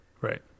right